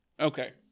okay